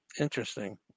interesting